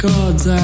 God's